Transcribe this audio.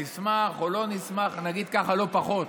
נשמח, לא נשמח, נגיד ככה, לא פחות